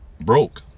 broke